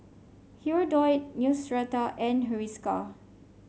Hirudoid Neostrata and Hiruscar